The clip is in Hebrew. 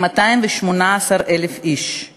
ובפועל, האלוף במילואים גלנט,